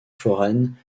foreign